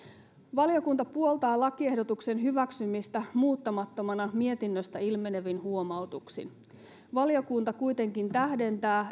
valiokunta puoltaa lakiehdotuksen hyväksymistä muuttamattomana mietinnöstä ilmenevin huomautuksin valiokunta kuitenkin tähdentää